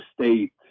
state